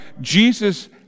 Jesus